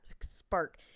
spark